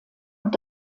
und